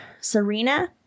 Serena